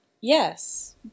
Yes